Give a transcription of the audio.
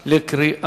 בעד,